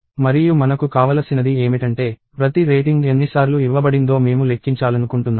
మరియు మనకు కావలసినది ఏమిటంటే ప్రతి రేటింగ్ ఎన్నిసార్లు ఇవ్వబడిందో మేము లెక్కించాలనుకుంటున్నాము